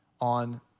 on